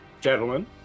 gentlemen